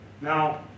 Now